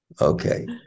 Okay